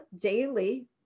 Daily